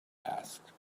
asked